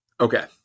okay